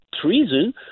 treason